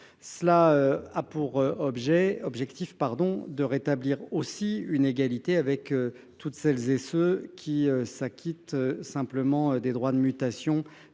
Il s’agit de rétablir une égalité avec toutes celles et ceux qui s’acquittent simplement des droits de mutation